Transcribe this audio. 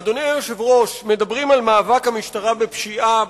אדוני היושב-ראש, מדברים על מאבק המשטרה בפשיעה.